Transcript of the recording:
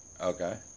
Okay